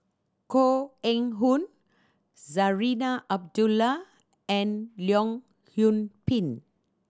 Koh Eng Hoon Zarinah Abdullah and Leong Yoon Pin